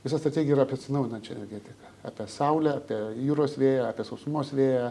visa strategija yra apie atsinaujinančią energetiką apie saulę apie jūros vėją apie sausumos vėją